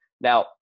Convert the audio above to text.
Now